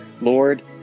Lord